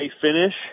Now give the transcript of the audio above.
finish